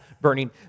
burning